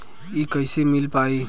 इ कईसे मिल पाई?